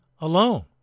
alone